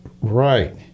Right